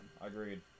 Agreed